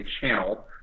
channel